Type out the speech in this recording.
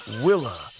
Willa